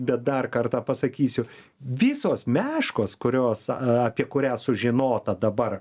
bet dar kartą pasakysiu visos meškos kurios apie kurią sužinota dabar